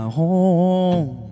home